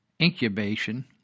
incubation